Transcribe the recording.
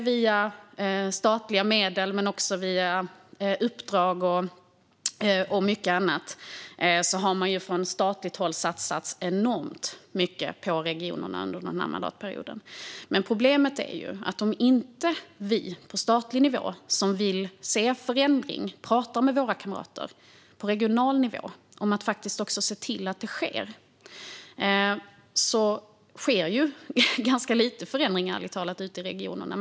Via statliga medel men också via uppdrag och mycket annat har det från statligt håll satsats enormt mycket på regionerna under mandatperioden. Problemet är dock att om inte vi på statlig nivå som vill se förändring pratar med våra kamrater på regional nivå om att se till att det faktiskt sker blir det ärligt talat ganska lite förändringar ute i regionerna.